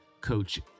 Coach